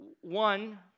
one